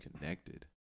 connected